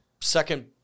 second